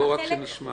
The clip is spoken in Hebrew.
בואו רק שנשמע.